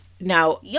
Now